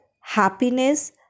happiness